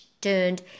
turned